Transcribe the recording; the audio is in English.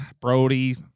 Brody